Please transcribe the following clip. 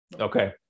Okay